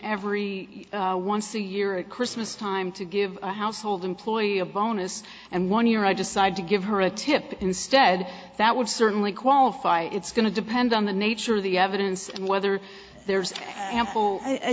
every once a year at christmas time to give a household employee a bonus and one year i decide to give her a tip instead that would certainly qualify it's going to depend on the nature of the evidence and whether there's ample i